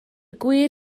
gwir